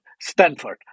Stanford